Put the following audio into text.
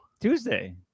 Tuesday